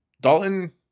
Dalton